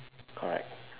correct